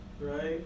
Right